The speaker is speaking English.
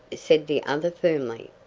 said the other firmly,